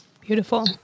Beautiful